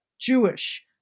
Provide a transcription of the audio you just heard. Jewish